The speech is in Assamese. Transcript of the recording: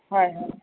হয় হয়